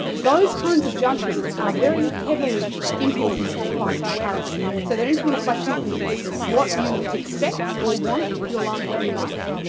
those kinds of judgments are very heavily influenced by comparison. so they're influenced by two things what you expect or want your life to be like,